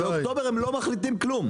באוקטובר הם לא מחליטים כלום,